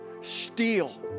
steal